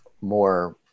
more